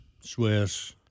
Swiss